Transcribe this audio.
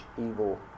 evil